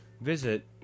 visit